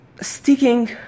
sticking